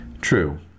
True